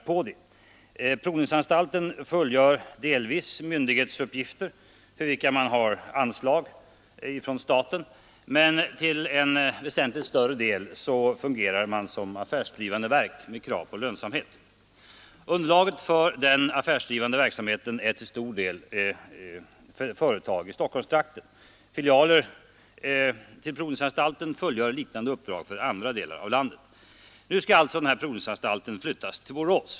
Provningsanstalten fullgör delvis myndighetsuppgifter för vilka den har anslag från staten, men till en väsentligt större del fungerar provningsanstalten som affärsdrivande verk med krav på lönsamhet. Underlaget för den affärsdrivande verksamheten är till stor del företag i Stockholmstrakten — filialer till provningsanstalten fullgör liknande uppdrag för andra delar av landet. Nu skall provningsanstalten flyttas till Borås.